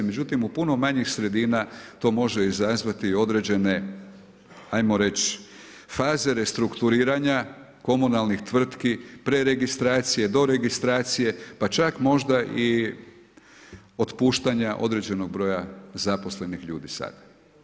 Međutim, u puno manjih sredina to može izazvati i određene hajmo reći faze restrukturiranja komunalnih tvrtki, preregistracije, doregistracije, pa čak možda i otpuštanja određenog broja zaposlenih ljudi sada.